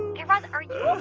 guy raz, are you